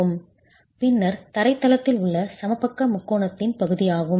கதை சம்பந்தப்பட்டது பின்னர் தரை தளத்தில் உள்ள சமபக்க முக்கோணத்தின் பகுதி ஆகும்